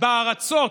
בארצות